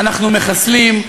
אנחנו מחסלים,